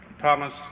Thomas